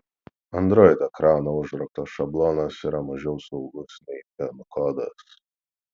android ekrano užrakto šablonas yra mažiau saugus nei pin kodas